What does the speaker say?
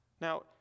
now